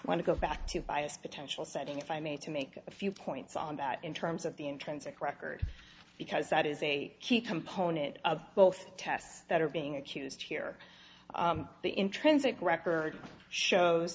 want to go back to bias potential setting if i may to make a few points on that in terms of the intrinsic record because that is a key component of both tests that are being accused here the intrinsic record shows